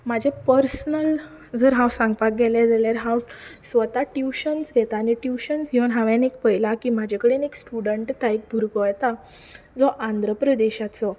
म्हाजें पर्सनल जर हांव सांगपाक गेलें जाल्यार हांव स्वता ट्युशन्स घेता आनी ट्युशन घेवन हांवें एक पयलां की म्हजे कडेन एक स्टुडंट येता एक भुरगो येता जो आंध्रप्रदेशाचो